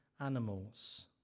animals